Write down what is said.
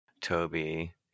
Toby